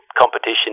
competition